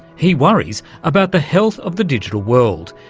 he worries about the health of the digital world,